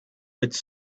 its